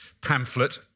pamphlet